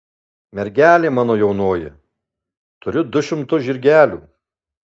mergelė mano jaunoji turiu du šimtu žirgelių